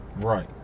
Right